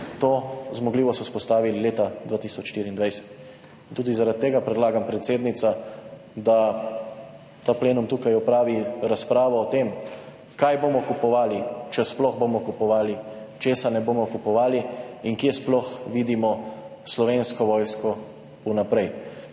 to zmogljivost vzpostavili leta 2024. In tudi zaradi tega predlagam, predsednica, da ta plenum tukaj opravi razpravo o tem, kaj bomo kupovali, če sploh bomo kupovali, česa ne bomo kupovali, in kje sploh vidimo Slovensko vojsko vnaprej.